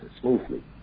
smoothly